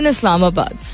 Islamabad